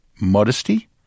Modesty